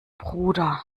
bruder